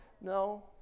No